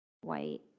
white